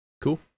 cool